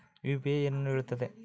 UPI ಏನನ್ನು ಹೇಳುತ್ತದೆ?